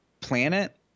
planet